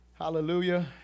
hallelujah